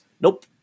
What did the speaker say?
Nope